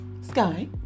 Sky